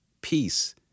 peace